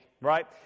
right